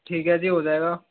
ठीक है जी हो जाएगा